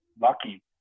lucky